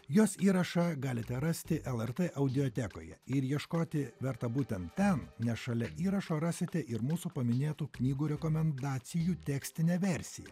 jos įrašą galite rasti lrt audiotekoje ir ieškoti verta būtent ten nes šalia įrašo rasite ir mūsų paminėtų knygų rekomendacijų tekstinę versiją